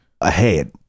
ahead